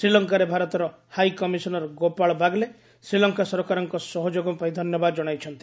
ଶ୍ରୀଲଙ୍କାରେ ଭାରତର high commissioner Gopal Baglay Sri Lanka ସରକାରଙ୍କ ସହଯୋଗ ପାଇଁ ଧନ୍ୟବାଦ ଜଣାଇଛନ୍ତି